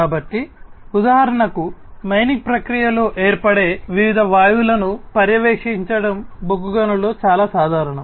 కాబట్టి ఉదాహరణకు మైనింగ్ ప్రక్రియలో ఏర్పడే వివిధ వాయువులను పర్యవేక్షించడం బొగ్గు గనులలో చాలా సాధారణం